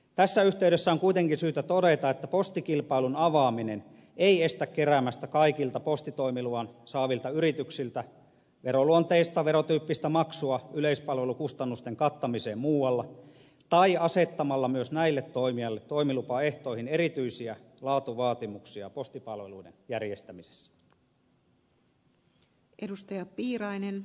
tässä yhteydessä on kuitenkin syytä todeta että postikilpailun avaaminen ei estä keräämästä kaikilta postitoimiluvan saavilta yrityksiltä veroluonteista verotyyppistä maksua yleispalvelukustannusten kattamiseen muualla tai asettamasta myös näille toimijoille toimilupaehtoihin erityisiä laatuvaatimuksia postipalveluiden järjestämisessä